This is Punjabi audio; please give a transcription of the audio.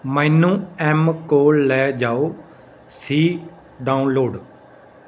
ਮੈਨੂੰ ਐੱਮ ਕੋਲ ਲੈ ਜਾਓ ਸੀ ਡਾਊਨਲੋਡ